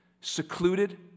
Secluded